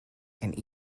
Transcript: and